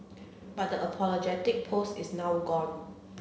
but the apologetic post is now gone